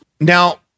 Now